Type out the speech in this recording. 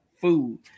food